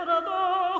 ar ano